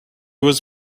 was